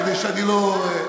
כדי שאני לא,